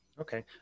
Okay